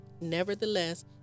Nevertheless